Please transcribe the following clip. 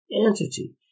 entity